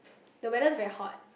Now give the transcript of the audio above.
the weather is very hot